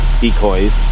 decoys